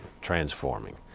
transforming